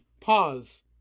pause